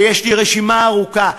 ויש לי רשימה ארוכה.